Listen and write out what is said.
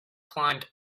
climbed